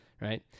right